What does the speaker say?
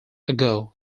ago